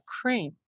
cream